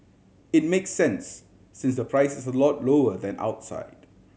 it makes sense since the price is a lot lower than outside